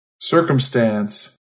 circumstance